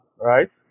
Right